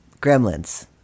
Gremlins